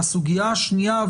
והסוגיה השנייה,